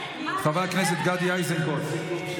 חבר הכנסת ולדימיר בליאק,